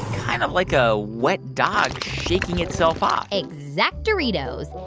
kind of like a wet dog shaking itself off exact-oritos.